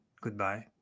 Goodbye